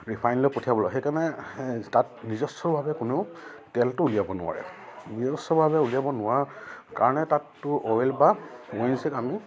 ৰিফাইনীলৈ পঠিয়াবলৈ সেইকাৰণে তাত নিজস্বভাৱে কোনেও তেলটো উলিয়াব নোৱাৰে নিজস্বভাৱে উলিয়াব নোৱাৰাৰ কাৰণে তাতটো অইল বা অ' এন জি চিত আমি